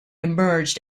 emerged